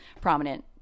prominent